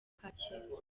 kacyiru